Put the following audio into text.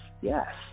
Yes